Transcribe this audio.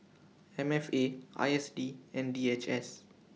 M F A I S D and D H S